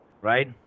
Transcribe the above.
Right